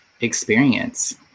experience